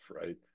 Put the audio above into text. Right